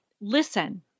listen